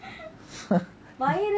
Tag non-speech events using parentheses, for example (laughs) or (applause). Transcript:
(laughs)